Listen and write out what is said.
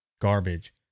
garbage